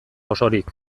osorik